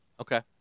Okay